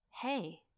hey